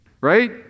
Right